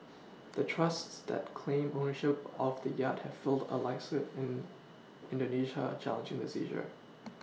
the trusts that claim ownership of the yacht have filed a lawsuit in indonesia challenging the seizure